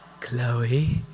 Chloe